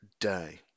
day